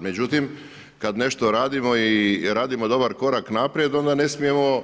Međutim, kad nešto radimo i radimo dobar korak naprijed, onda ne smijemo